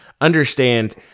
understand